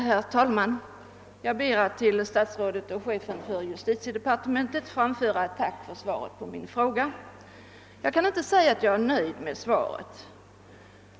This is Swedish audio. Herr talman! Jag ber att till statsrådet och chefen för justitiedepartementet få framföra ett tack för svaret på min interpellation. Jag kan inte påstå att jag är nöjd med svaret.